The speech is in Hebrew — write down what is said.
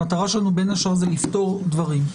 המטרה שלנו בין השאר היא לפתור דברים.